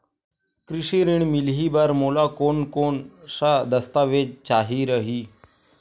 कृषि ऋण मिलही बर मोला कोन कोन स दस्तावेज चाही रही?